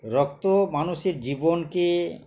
রক্ত মানুষের জীবনকে